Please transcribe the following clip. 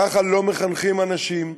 ככה לא מחנכים אנשים,